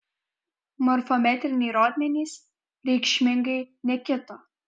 morfometriniai rodmenys reikšmingai nekito